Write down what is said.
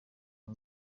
aho